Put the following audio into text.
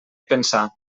pensar